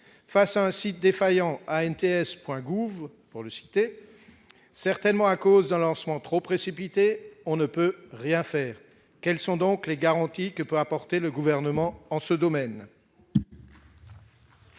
face à un site défaillant ANTS Point gouv pour le citer, certainement à cause d'un lancement trop précipité, on ne peut rien faire, quels sont donc les garanties que peut apporter le gouvernement en ce domaine.